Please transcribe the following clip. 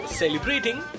celebrating